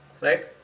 right